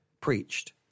preached